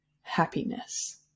happiness